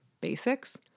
basics